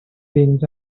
things